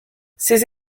ses